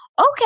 okay